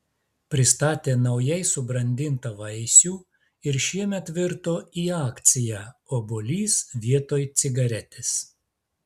pristatė naujai subrandintą vaisių ir šiemet virto į akciją obuolys vietoj cigaretės